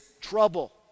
trouble